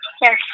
Yes